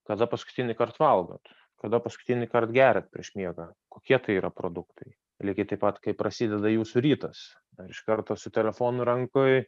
kada paskutinįkart valgot kada paskutinįkart geriat prieš miegą kokie tai yra produktai lygiai taip pat kaip prasideda jūsų rytas ar iš karto su telefonu rankoj